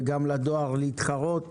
וגם לדואר להתחרות